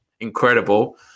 Incredible